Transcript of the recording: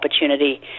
opportunity